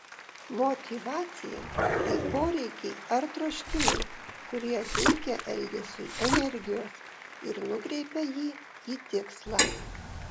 motyvacija tai poreikiai ar troškimai kurie teikia elgesiui energijos ir nukreipia jį į tikslą